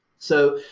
so